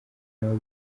nabo